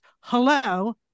hello